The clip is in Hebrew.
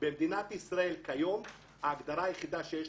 במדינת ישראל כיום ההגדרה היחידה שיש